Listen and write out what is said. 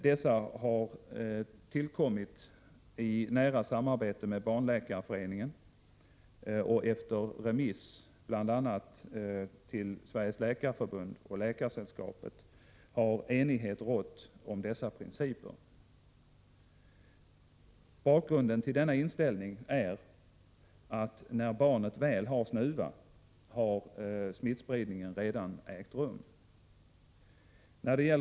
Dessa har tillkommit i nära samarbete med Barnläkarföreningen, och efter remiss till bl.a. Sveriges Läkarförbund och Svenska läkaresällskapet har enighet rått om dessa principer. Bakgrunden till denna inställning är att när barnen väl har snuva har smittspridningen redan ägt rum.